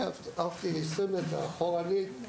עפתי 20 מטר אחורנית.